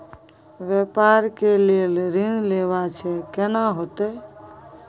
व्यापार के लेल ऋण लेबा छै केना होतै?